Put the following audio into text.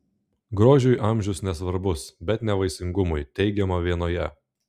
grožiui amžius nesvarbus bet ne vaisingumui teigiama vienoje